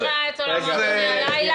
אני לא מכירה את עולם מועדוני הלילה.